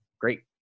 Great